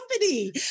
company